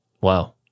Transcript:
Wow